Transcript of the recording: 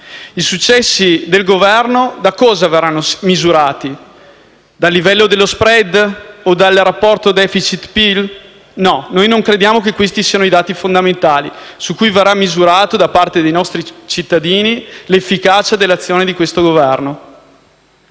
I successi del Governo da cosa verranno misurati? Dal livello dello *spread* o dal rapporto *deficit*-PIL? No, noi non crediamo che questi siano i dati fondamentali su cui verrà misurata da parte dei nostri concittadini l'efficacia dell'azione di questo Governo.